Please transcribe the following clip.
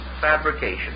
fabrication